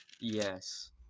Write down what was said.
Yes